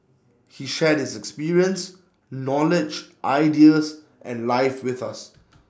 he shared his experience knowledge ideas and life with us